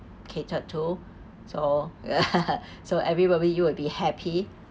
catered to so so everybody you will be happy